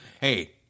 Hey